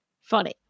funny